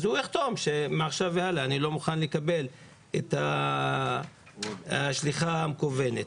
ואז הוא יחתום שמעכשיו והלאה הוא לא מוכן לקבל את השליחה המקוונת.